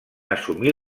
assumir